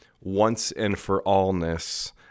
once-and-for-allness